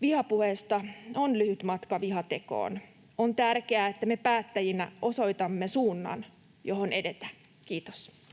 Vihapuheesta on lyhyt matka vihatekoon. On tärkeää, että me päättäjinä osoitamme suunnan, johon edetä. — Kiitos.